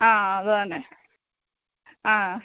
ആ അതുതന്നെ ആ